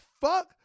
fuck